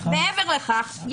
מעבר לכך,